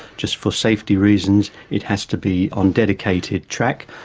just for safety reasons it has to be on dedicated track,